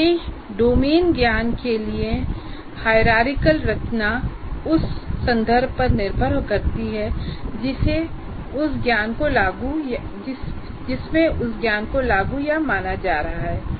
विशेष domain ज्ञान के लिए हाइररिकल संरचना उस संदर्भ पर निर्भर करती है जिसमें उस ज्ञान को लागू या माना जा रहा है